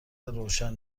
روشن